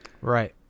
Right